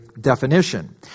definition